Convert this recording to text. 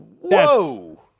whoa